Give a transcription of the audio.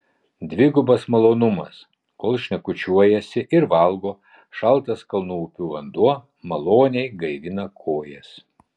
dvigubas malonumas kol šnekučiuojasi ir valgo šaltas kalnų upių vanduo maloniai gaivina kojas